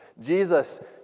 Jesus